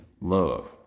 love